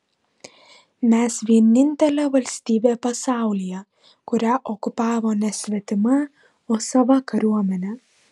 mes vienintelė valstybė pasaulyje kurią okupavo ne svetima o sava kariuomenė